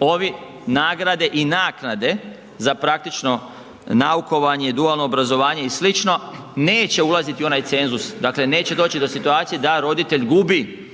ovi nagrade i naknade za praktično naukovanje i dualno obrazovanje i sl. neće ulaziti u onaj cenzus, dakle neće doći do situacije da roditelj gubi